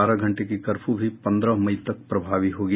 बारह घंटे की कर्फ्यू भी पन्द्रह मई तक प्रभावी होगी